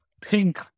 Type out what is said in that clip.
pink